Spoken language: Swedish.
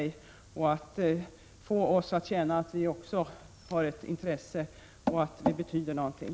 Jag hoppas att hon kan få oss att känna att vi också är av intresse, att vi betyder någonting.